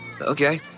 Okay